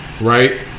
right